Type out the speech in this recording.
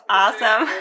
awesome